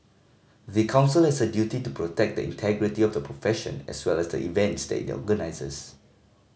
the Council has a duty to protect the integrity of the profession as well as the events that it organises